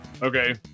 Okay